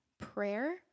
prayer